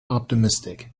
optimistic